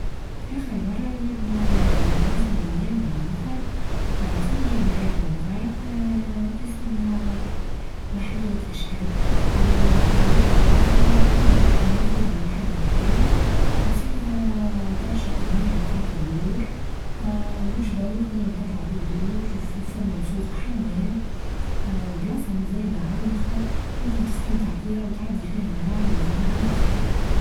آخر مرة زورنا بلازا مزياة عاللخر في ولاية بنزرت اسمها محمية اشكل، وهي بلازا محمية فيها بحيرة كبيرة وفيها برشا أنواع متاع طيور اه وچبل تنچم تطلع فيه دروچ في ثمان فوق حمام، اه بلازا مزيانة عاللخر تنچم تستمتع فيها وتعدي فيها نهار مزيان عاللخر.